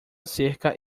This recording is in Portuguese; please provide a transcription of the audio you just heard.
cerca